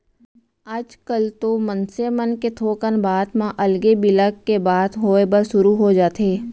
आजकल तो मनसे मन के थोकन बात म अलगे बिलग के बात होय बर सुरू हो जाथे